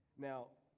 now,